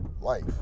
life